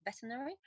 veterinary